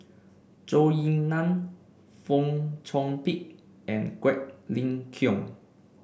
Zhou Ying Nan Fong Chong Pik and Quek Ling Kiong